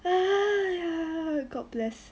god bless